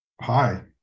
Hi